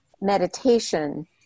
meditation